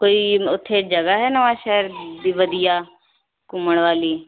ਕੋਈ ਨ ਉੱਥੇ ਜਗ੍ਹਾ ਹੈ ਨਵਾਂਸ਼ਹਿਰ ਵੀ ਵਧੀਆ ਘੁੰਮਣ ਵਾਲੀ